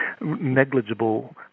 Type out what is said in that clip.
negligible